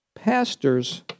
Pastors